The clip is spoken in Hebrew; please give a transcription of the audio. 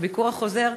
בביקור החוזר,